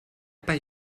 pas